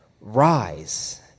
Rise